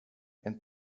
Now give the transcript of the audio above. and